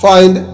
Find